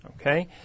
Okay